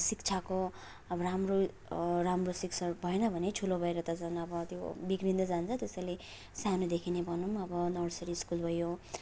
शिक्षाको अब राम्रो राम्रो शिक्षा भएन भने ठुलो भएर त झन् अब त्यो बिग्रिँदै जान्छ त्यसैले सानोदेखि नै भनौँ अब नर्सरी स्कुल भयो